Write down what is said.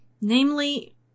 Namely